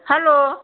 hello